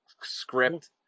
script